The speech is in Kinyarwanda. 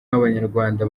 w’abanyarwanda